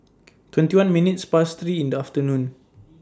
twenty one minutes Past three in The afternoon